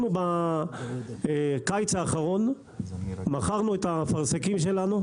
אנחנו בקיץ האחרון מכרנו את האפרסקים שלנו,